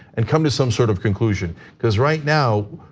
and come to some sort of conclusion cuz right now,